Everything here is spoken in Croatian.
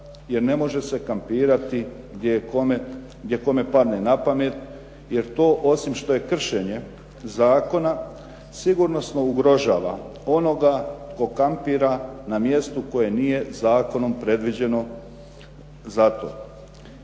jer ne može se kampirati gdje kome padne na pamet jer to osim što je kršenje zakona, sigurnosno ugrožava onoga tko kampira na mjestu koje nije zakonom predviđeno za to.